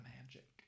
magic